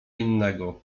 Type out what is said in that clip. innego